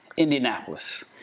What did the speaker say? Indianapolis